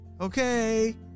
Okay